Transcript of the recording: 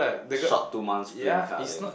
short two months fling kind of thing